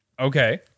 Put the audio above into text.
Okay